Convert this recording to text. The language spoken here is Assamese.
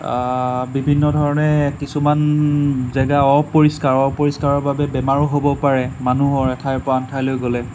বিভিন্ন ধৰণে কিছুমান জেগা অপৰিষ্কাৰ অপৰিষ্কাৰৰ বাবে বেমাৰো হ'ব পাৰে মানুহৰ এঠাইৰ পৰা আনঠাইলৈ গ'লে